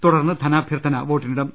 തുടർന്ന് ധനാഭ്യർത്ഥന വോട്ടിനിടും